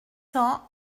cents